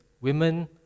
Women